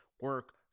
Work